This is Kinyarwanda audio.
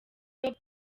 top